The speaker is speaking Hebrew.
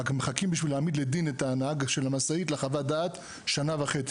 רק מחכים בשביל להעמיד לדין את הנהג של המשאית לחוות דעת שנה וחצי.